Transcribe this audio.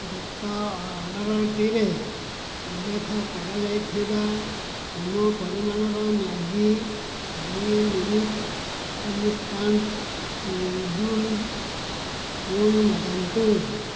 ଗତ ଅର୍ଡ଼ର୍ଟିରେ ଉଲ୍ଲେଖ କରାଯାଇଥିବା ସମ ପରିମାଣର ମ୍ୟାଗି ଦୁଇ ମିନଟ୍ ଇନ୍ଷ୍ଟାଣ୍ଟ୍ ନୁଡ଼ଲ୍ ପୁଣି ମଗାନ୍ତୁ